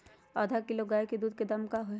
आधा किलो गाय के दूध के का दाम होई?